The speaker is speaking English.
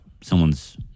someone's